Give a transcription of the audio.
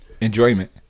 enjoyment